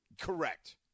Correct